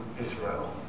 Israel